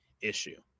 issue